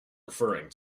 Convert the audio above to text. referring